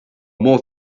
more